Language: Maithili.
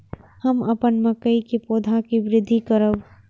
हम अपन मकई के पौधा के वृद्धि करब?